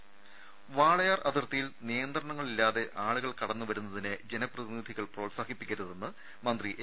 രുര വാളയാർ അതിർത്തിയിൽ നിയന്ത്രണങ്ങളില്ലാത്ത ആളുകൾ കടന്നുവരുന്നതിനെ ജനപ്രതിനിധികൾ പ്രോത്സാഹിപ്പിക്കരുതെന്ന് മന്ത്രി എ